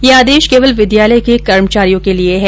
यह आदेश केवल विद्यालय के कर्मचारियों के लिए है